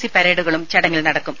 C പരേഡുകളും ചടങ്ങിൽ നടക്കും